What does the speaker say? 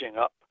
up